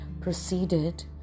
proceeded